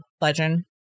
legend